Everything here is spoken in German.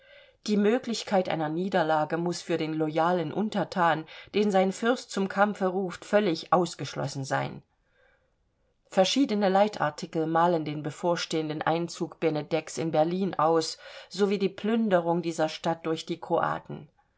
die möglichkeit einer niederlage muß für den loyalen unterthan den sein fürst zum kampfe ruft völlig ausgeschlossen sein verschiedene leitartikel malen den bevorstehenden einzug benedeks in berlin aus sowie die plünderung dieser stadt durch die kroaten